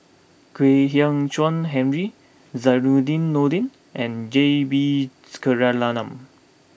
Kwek Hian Chuan Henry Zainudin Nordin and J B Jeyaretnam